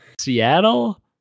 Seattle